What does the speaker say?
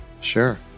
Sure